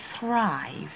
thrive